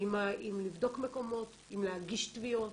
לבדוק מקומות, עם להגיש תביעות,